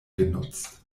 genutzt